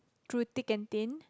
through thick and thin